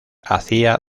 hacían